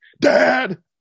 Dad